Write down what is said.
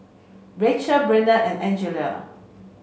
Rachel Brennen and Angela